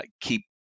Keep